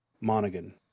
Monaghan